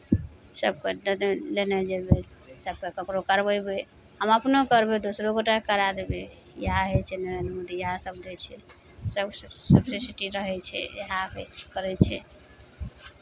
सभके ओतहि लेने जेबै सभकेँ ककरो करवयबै हम अपनो करबै दोसरो गोटाकेँ करा देबै इएह होइ छै नरेन्द्र मोदी इएह सभ दै छै सभ सन्तुष्टि रहै छै इएह दै छै करै छै